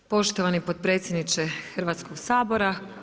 Poštovani potpredsjedniče Hrvatskog sabora.